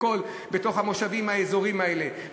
בתוך המושבים האזוריים האלה,